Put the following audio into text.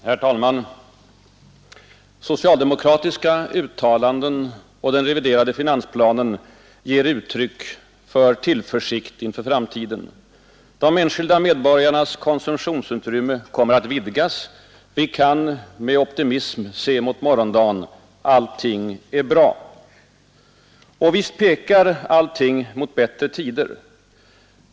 Herr talman! Socialdemokratiska uttalanden och den reviderade finansplanen ger uttryck för tillförsikt inför framtiden. De enskilda medborgarnas konsumtionsutrymme kommer att vidgas. Vi kan med optimism se mot morgondagen. Allting är bra. Visst pekar allting emot bättre tider.